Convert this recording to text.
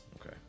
Okay